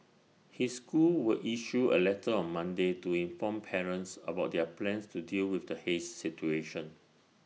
his school will issue A letter on Monday to inform parents about their plans to deal with the haze situation